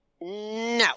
no